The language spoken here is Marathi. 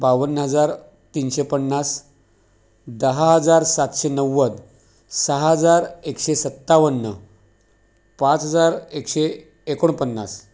बावन्न हजार तीनशे पन्नास दहा हजार सातशे नव्वद सहा हजार एकशे सत्तावन्न पाच हजार एकशे एकोणपन्नास